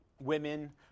women